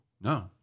No